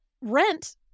rent